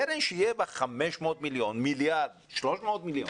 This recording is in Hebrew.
קרן שיהיו בה 500 מיליון, מיליארד, 300 מיליון,